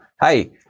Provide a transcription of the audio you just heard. hey